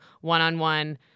one-on-one